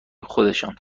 خودشان